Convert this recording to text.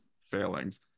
failings